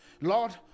lord